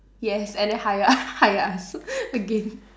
yes and then hire hire us again